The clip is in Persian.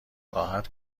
راحت